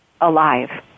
alive